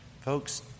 Folks